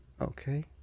Okay